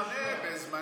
תנו מענה בזמני,